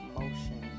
motion